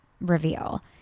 reveal